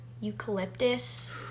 eucalyptus